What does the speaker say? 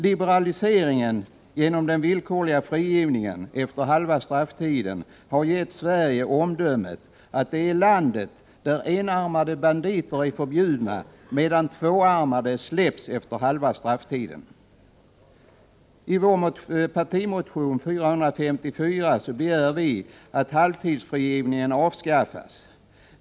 Liberaliseringen genom den villkorliga frigivningen efter halva strafftiden har gett Sverige omdömet att det är landet där enarmade banditer är förbjudna medan tvåarmade släpps efter halva strafftiden. I vår partimotion 454 begär vi att halvtidsfrigivningen avskaffas.